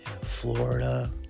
florida